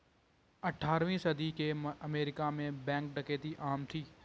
अठारहवीं सदी के अमेरिका में बैंक डकैती आम थी